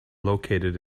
located